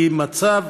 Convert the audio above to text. שמצד